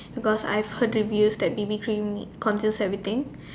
because I've heard to be use that B_B cream conceals everything